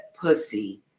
pussy